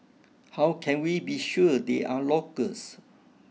how can we be sure they are locals